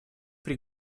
при